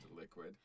liquid